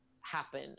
happen